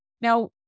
Now